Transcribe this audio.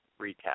recap